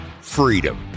freedom